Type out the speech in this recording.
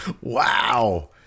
Wow